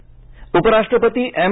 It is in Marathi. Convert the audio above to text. बैठक उपराष्ट्रपती एम